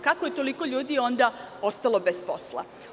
Kako je toliko ljudi onda ostalo bez posla?